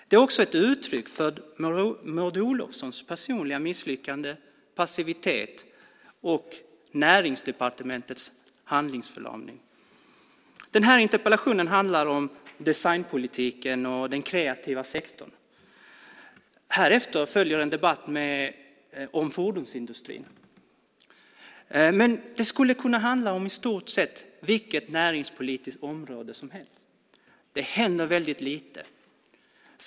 Det är också ett uttryck för Maud Olofssons personliga misslyckande och passivitet samt Näringsdepartementets handlingsförlamning. Den här interpellationen handlar om designpolitiken och den kreativa sektorn. Härefter följer en debatt om fordonsindustrin, men den skulle kunna handla om i stort sett vilket näringspolitiskt område som helst. Det händer väldigt lite.